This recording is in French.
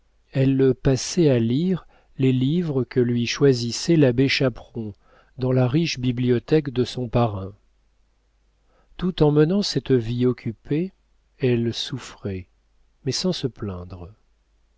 elle le passait à lire les livres que lui choisissait l'abbé chaperon dans la riche bibliothèque de son parrain tout en menant cette vie occupée elle souffrait mais sans se plaindre